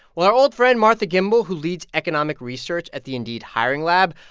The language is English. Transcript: well, our old friend martha gimbel, who leads economic research at the indeed hiring lab,